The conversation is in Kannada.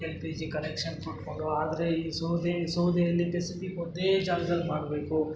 ಎಲ್ ಪಿ ಜಿ ಕನೆಕ್ಷನ್ ಕೊಟ್ಕೊಂಡು ಆದರೆ ಈ ಸೌದೆ ಸೌದೆಯಲ್ಲಿ ಒಂದೇ ಜಾಗ್ದಲ್ಲಿ ಮಾಡಬೇಕು